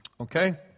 Okay